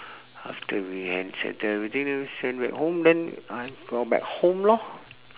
after we hand settle everything then we send back home then I go back home lor